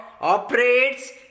operates